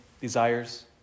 desires